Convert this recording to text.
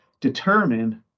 determine